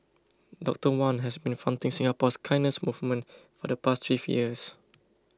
Doctor Wan has been fronting Singapore's kindness movement for the past three years